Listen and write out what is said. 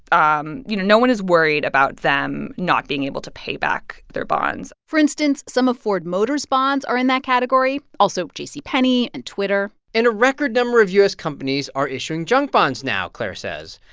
um you know, no one is worried about them not being able to pay back their bonds for instance, some of ford motors' bonds are in that category also, jc penney and twitter and a record number of u s. companies are issuing junk bonds now, claire says.